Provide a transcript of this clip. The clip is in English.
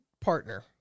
partner